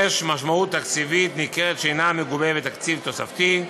יש משמעות תקציבית ניכרת שאינה מגובה בתקציב תוספתי.